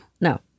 no